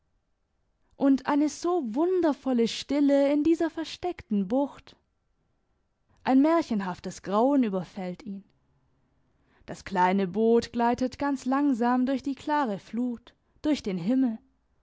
und eine so wundervolle stille in dieser versteckten bucht ein märchenhaftes grauen überfällt ihn das kleine boot gleitet ganz langsam durch die klare flut durch den himmel